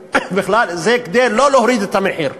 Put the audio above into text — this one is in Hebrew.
זה כדי לא להוריד את המחיר.